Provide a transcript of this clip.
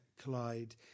collide